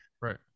Right